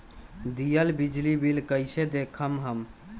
दियल बिजली बिल कइसे देखम हम?